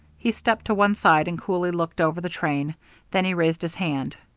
he stepped to one side and coolly looked over the train then he raised his hand.